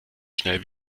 schnell